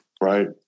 Right